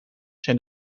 zijn